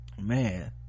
Man